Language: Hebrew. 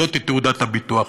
זאת היא תעודת הביטוח.